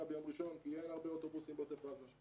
ביום ראשון כי אין לה הרבה אוטובוסים בעוטף עזה.